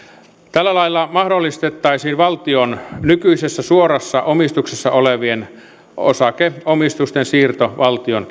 tällä lailla mahdollistettaisiin nykyisin valtion suorassa omistuksessa olevien osake omistusten siirto valtion